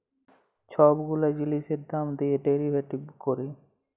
ছব গুলা জিলিসের দাম দিঁয়ে ডেরিভেটিভ ক্যরে